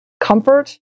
comfort